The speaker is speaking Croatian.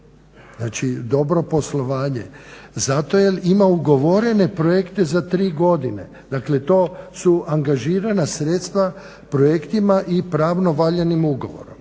Znači dobro poslovanje? Zato jel ima ugovorene projekte za 3 godine, dakle to su angažirana sredstva projektima i pravno valjanim ugovorom.